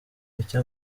icyo